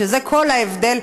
שזה כל ההבדל,